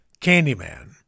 Candyman